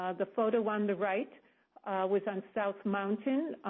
ah the photo on the right was on south mountain,